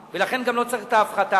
העלאה, לכן גם לא צריך את ההפחתה.